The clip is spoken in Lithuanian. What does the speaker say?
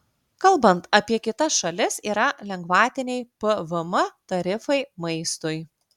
kalbant apie kitas šalis yra lengvatiniai pvm tarifai maistui